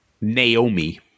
Naomi